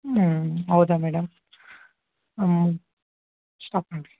ಹ್ಞೂ ಹೌದಾ ಮೇಡಮ್ ಹ್ಞೂ ಸ್ಟಾಪ್ ಮಾಡಿರಿ